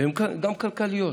והן גם כלכליות,